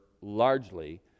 largely